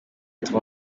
bituma